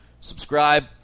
subscribe